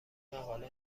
مقاله